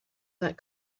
that